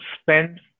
spend